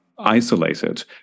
isolated